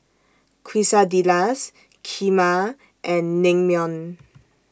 Quesadillas Kheema and Naengmyeon